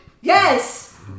Yes